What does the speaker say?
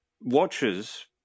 watches